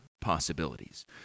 possibilities